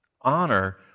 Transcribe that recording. Honor